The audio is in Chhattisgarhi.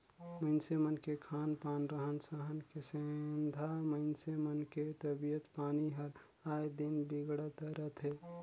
मइनसे मन के खान पान, रहन सहन के सेंधा मइनसे मन के तबियत पानी हर आय दिन बिगड़त रथे